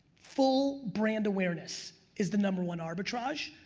full brand awareness is the number one arbitrage,